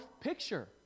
picture